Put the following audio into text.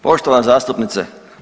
Poštovana zastupnice.